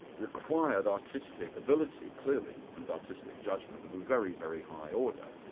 required artistic ability, clearly, and artistic judgment, of a very, very high order.